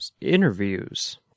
interviews